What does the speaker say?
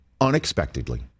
unexpectedly